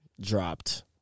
dropped